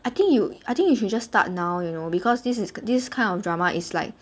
I think you I think you should just start now you know because this is this kind of drama is like